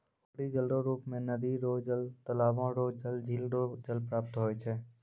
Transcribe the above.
उपरी जलरो रुप मे नदी रो जल, तालाबो रो जल, झिल रो जल प्राप्त होय छै